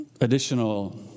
additional